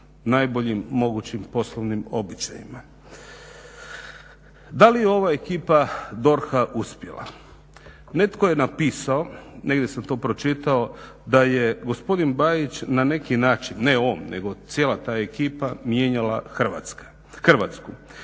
najboljim mogućim poslovnim običajima. Da li je ova ekipa DORH-a uspjela? Netko je napisao, negdje sam to pročitao da je gospodin Bajić na neki način, ne on, nego cijela ta ekipa mijenjala Hrvatsku